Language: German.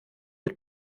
mit